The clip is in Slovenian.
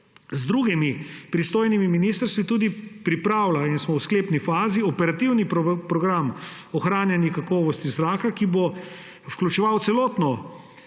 z drugimi pristojnimi ministrstvi tudi pripravlja, in smo v sklepni fazi, Operativni program ohranjanja kakovosti zraka, ki bo vključeval celotno